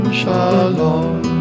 shalom